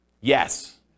Yes